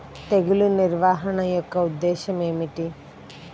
తెగులు నిర్వహణ యొక్క ఉద్దేశం ఏమిటి?